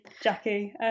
Jackie